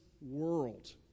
world